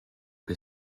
che